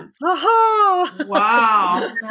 wow